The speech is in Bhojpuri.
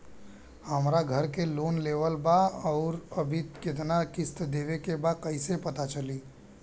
हमरा घर के लोन लेवल बा आउर अभी केतना किश्त देवे के बा कैसे पता चली?